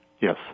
Yes